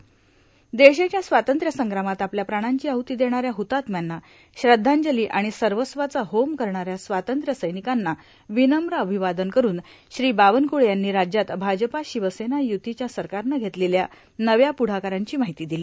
sound देशाच्या स्वातंत्र्यसंग्रामात आपल्या प्राणांची आहुती देणाऱ्या हुतात्म्यांना श्रद्धांजली आणि सर्वस्वाचा होम करणाऱ्या स्वातंत्र्य सैनिकांना विनम्र अभिवादन करून श्री बावनकुळे यांनी राज्यात भाजपा शिवसेना युतीच्या सरकारनं घेतलेल्या नव्या पुढाकारांची माहिती दिली